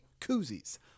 koozies